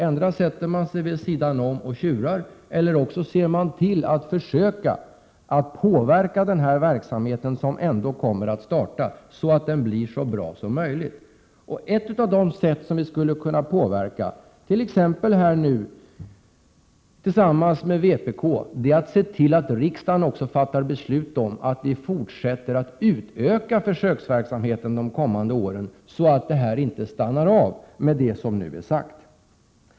Antingen sätter man sig vid sidan om och tjurar eller också ser man till att försöka att påverka den verksamhet som ändå kommer att starta så att den blir så bra som möjligt. Ett sätt att påverka, t.ex. nu tillsammans med vpk, vore att se till att riksdagen också fattar beslut om att utöka försöksverksamheten under de kommande åren så att det inte stannar av med det som nu är sagt.